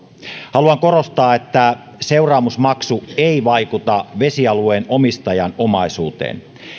haluan korostaa että seuraamusmaksu ei vaikuta vesialueen omistajan omaisuuteen